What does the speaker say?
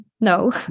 No